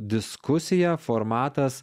diskusija formatas